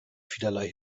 vielerlei